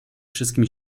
wszystkim